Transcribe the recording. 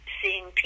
seeing